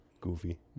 goofy